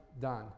done